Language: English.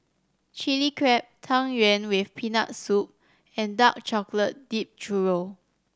Chili Crab Tang Yuen with Peanut Soup and dark chocolate dipped churro